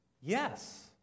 yes